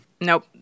Nope